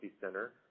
Center